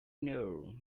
know